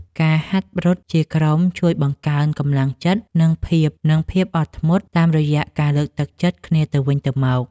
ការហាត់រត់ជាក្រុមជួយបង្កើនកម្លាំងចិត្ត និងភាពអត់ធ្មត់ តាមរយៈការលើកទឹកចិត្តគ្នាទៅវិញទៅមក។